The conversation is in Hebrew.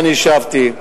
ואני השבתי.